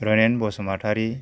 Ranen Basumatary